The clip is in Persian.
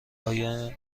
آیا